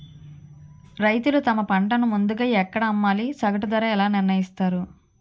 రైతులు తమ పంటను ముందుగా ఎక్కడ అమ్మాలి? సగటు ధర ఎలా నిర్ణయిస్తారు?